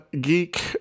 geek